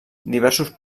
diversos